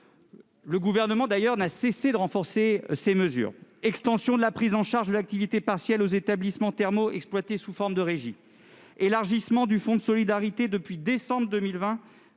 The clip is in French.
le Gouvernement n'a cessé de renforcer : extension de la prise en charge de l'activité partielle aux établissements thermaux exploités sous forme de régies ; élargissement du Fonds de solidarité depuis décembre 2020,